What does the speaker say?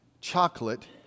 chocolate